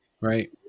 Right